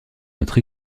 notre